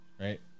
right